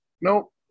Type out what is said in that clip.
Nope